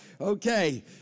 Okay